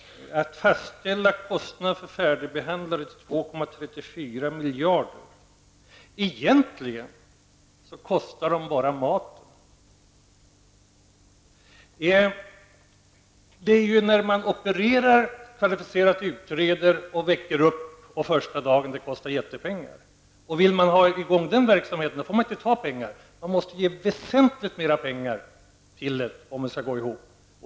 Men hur kan man fastställa kostnaden för färdigbehandlade patienter till 2,34 miljarder när de egentligen bara kostar maten? Det är kvalificerade utredningar, operationer och uppvaknandet första dagen efter operationen som kostar stora pengar. Men nu får man inte pengar för den verksamheten. Det behövs väsentligt mera pengar för att det skall gå ihop.